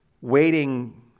waiting